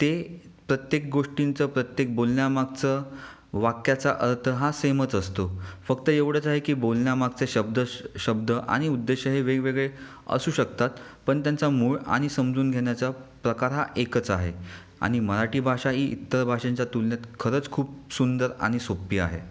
ते प्रत्येक गोष्टींचं प्रत्येक बोलण्यामागचं वाक्याचा अर्थ हा सेमच असतो फक्त एवढंच आहे की बोलण्यामागचे शब्द शब्द आणि उद्देश हे वेगवेगळे असू शकतात पण त्यांचा मूळ आणि समजून घेण्याचा प्रकार हा एकच आहे आणि मराठी भाषा ही इतर भाषांच्या तुलनेत खरंच खूप सुंदर आणि सोप्पी आहे